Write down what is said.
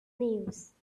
news